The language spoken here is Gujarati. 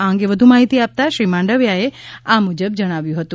આ અંગે વધુ માહિતી આપતા શ્રી માંડવિયાએ આ મુજબ જણાવ્યું હતું